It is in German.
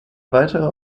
weiterer